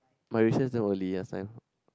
my recess damn early last time